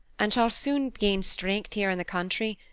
and shall soon gain strength here in the country,